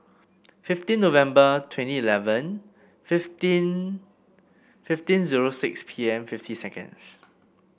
fifteen November twenty eleven fifteen fifteen zero six P M fifty seconds